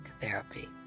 therapy